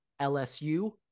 lsu